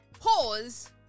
Pause